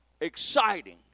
exciting